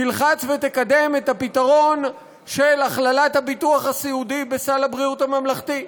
תלחץ ותקדם את הפתרון של הכללת הביטוח הסיעודי בסל הבריאות הממלכתי.